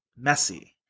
messy